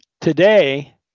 today